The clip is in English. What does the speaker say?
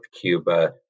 Cuba